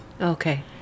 Okay